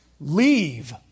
leave